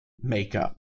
makeup